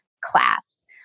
class